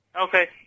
Okay